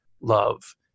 love